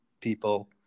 people